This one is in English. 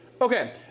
Okay